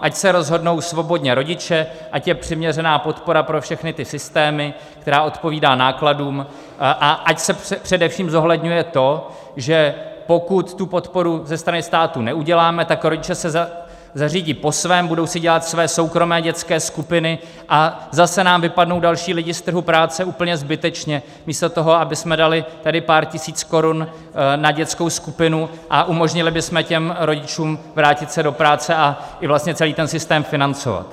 Ať se rozhodnou svobodně rodiče, ať je přiměřená podpora pro všechny systémy, která odpovídá nákladům, a ať se především zohledňuje to, že pokud podporu ze strany státu neuděláme, tak rodiče se zařídí po svém, budou si dělat své soukromé dětské skupiny, a zase nám vypadnou další lidi z trhu práce úplně zbytečně místo toho, abychom dali tady pár tisíc korun na dětskou skupinu a umožnili bychom těm rodičům vrátit se do práce a i vlastně celý ten systém financovat.